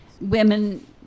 women